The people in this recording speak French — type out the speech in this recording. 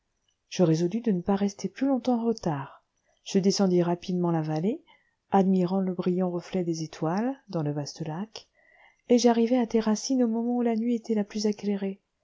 je résolus de ne pas rester plus longtemps en retard je descendis rapidement la vallée admirant le brillant reflet des étoiles dans le vaste lac et j'arrivai à terracine au moment où la nuit était le plus